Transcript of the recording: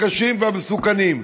הקשים והמסוכנים.